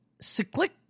cyclic